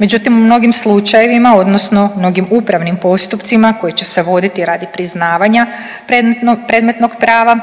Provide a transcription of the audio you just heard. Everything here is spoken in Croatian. Međutim, u mnogim slučajevima odnosno mnogim upravnim postupcima koji će se voditi radi priznavanja predmetnog prava